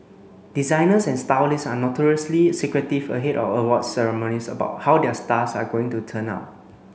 designers and stylists are notoriously secretive ahead of awards ceremonies about how their stars are going to turn out